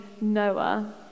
Noah